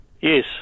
Yes